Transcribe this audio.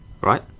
Right